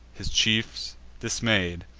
his chiefs dismay'd,